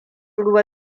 ruwa